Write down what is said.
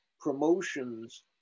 promotions